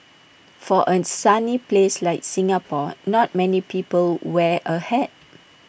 for A sunny place like Singapore not many people wear A hat